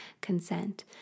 consent